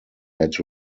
had